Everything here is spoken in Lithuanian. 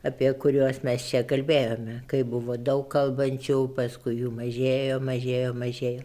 apie kuriuos mes čia kalbėjome kai buvo daug kalbančių paskui jų mažėjo mažėjo mažėjo